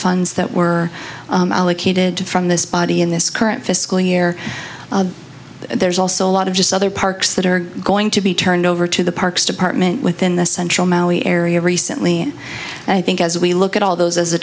funds that were allocated to from this body in this current fiscal year there's also a lot of just other parks that are going to be turned over to the parks department within the central maui area recently and i think as we look at all those as a